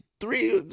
three